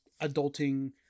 adulting